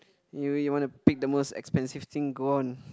you you want to pick the most expensive thing go on